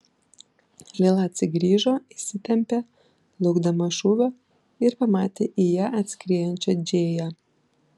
lila atsigrįžo įsitempė laukdama šūvio ir pamatė į ją atskriejančią džėją